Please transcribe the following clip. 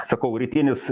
sakau rytinis